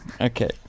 Okay